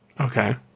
Okay